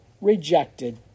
rejected